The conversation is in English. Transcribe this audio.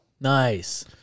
Nice